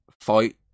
fight